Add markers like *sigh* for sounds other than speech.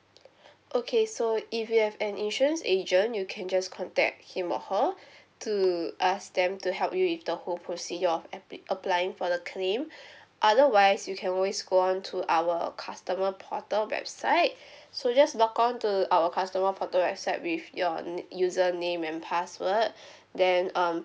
*noise* *breath* okay so if you have an insurance agent you can just contact him or her to ask them to help you with the whole procedure of appli~ applying for the claim *breath* otherwise you can always go on to our customer portal website so just log on to our customer portal website with your nick~ username and password then um